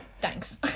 Thanks